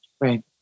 Right